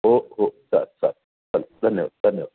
हो हो चल चल चल धन्यवाद धन्यवाद